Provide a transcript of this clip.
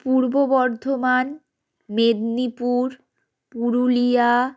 Purba Bardhaman Medinipur Purulia